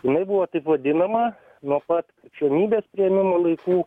jinai buvo taip vadinama nuo pat krikščionybės priėmimo laikų